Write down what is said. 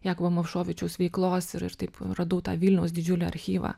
jakubo movšovičiaus veiklos ir ir taip radau tą vilniaus didžiulį archyvą